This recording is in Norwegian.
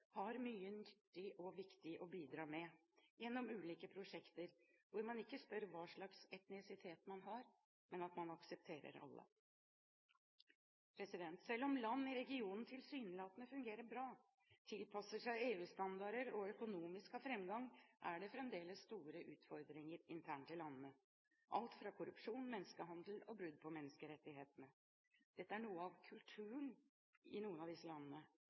har mye nyttig og viktig å bidra med gjennom ulike prosjekter, hvor man ikke spør hva slags etnisitet man har, men aksepterer alle. Selv om land i regionen tilsynelatende fungerer bra, tilpasser seg EU-standarder og økonomisk har framgang, er det fremdeles store utfordringer internt i landene, alt fra korrupsjon og menneskehandel til brudd på menneskerettighetene. Dette er noe av kulturen i noen av disse landene.